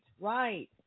Right